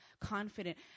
confident